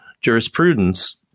jurisprudence